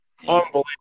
unbelievable